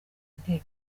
inteko